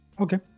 Okay